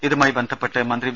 ഇതുമായി ബന്ധപ്പെട്ട് മന്ത്രി വി